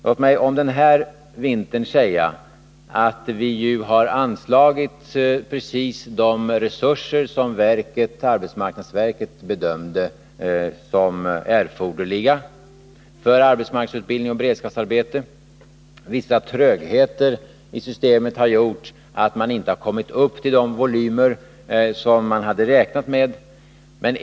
Låt mig om denna vinter säga att vi har anslagit exakt de resurser som arbetsmarknadsverket bedömde var erforderliga för arbetsmarknadsutbildning och beredskapsarbete. Vissa trögheter i systemet har dock gjort att man inte har kommit upp i de volymer som man hade räknat med.